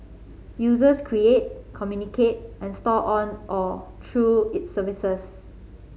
users create communicate and store on or through its services